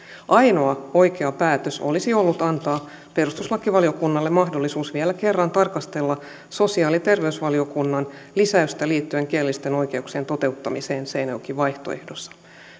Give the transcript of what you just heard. ainoa oikea päätös olisi ollut antaa perustuslakivaliokunnalle mahdollisuus vielä kerran tarkastella sosiaali ja terveysvaliokunnan lisäystä liittyen kielellisten oikeuksien toteuttamiseen seinäjoki vaihtoehdossa